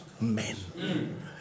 men